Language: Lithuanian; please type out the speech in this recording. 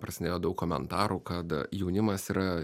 prasidėjo daug komentarų kad jaunimas yra